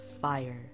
fire